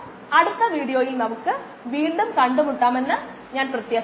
അപ്പോൾ കാണാം